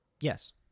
Yes